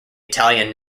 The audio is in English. italian